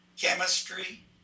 chemistry